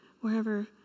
wherever